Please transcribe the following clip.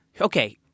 okay